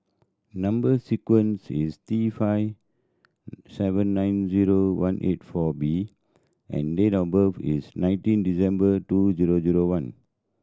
number sequence is T five seven nine zero one eight four B and date of birth is nineteen December two zero zero one